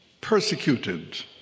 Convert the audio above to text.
Persecuted